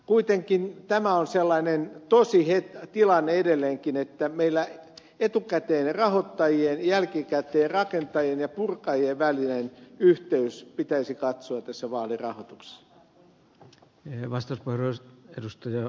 kuitenkin tämä on sellainen tosi tilanne edelleenkin että meillä etukäteen rahoittajien ja jälkikäteen rakentajien ja purkajien välinen yhteys pitäisi katsoa tässä vaalirahoituksessa